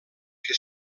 que